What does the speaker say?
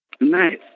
Nice